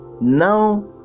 now